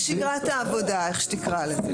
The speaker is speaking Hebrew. בשגרת העבודה, איך שתקרא לזה.